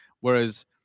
whereas